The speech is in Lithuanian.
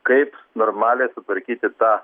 kaip normaliai sutvarkyti tą